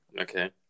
Okay